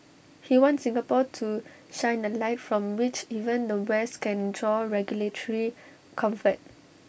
he wants Singapore to shine A light from which even the west can draw regulatory comfort